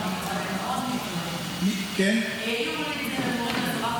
הם מאוד נפגעים.